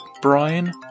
Brian